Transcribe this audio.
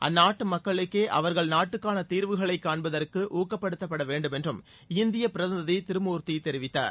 அந்நாட்டு மக்களுக்கே அவர்கள் நாட்டுக்கான தீர்வுகளை காண்பதற்கு ஊக்கப்படுத்தப் பட வேண்டும் என்று இந்திய பிரதிநிதி திருமூர்த்தி தெரிவித்தார்